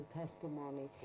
testimony